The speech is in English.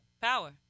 Power